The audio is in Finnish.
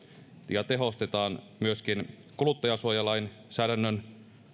ja tehostetaan myöskin kuluttajansuojalainsäädännön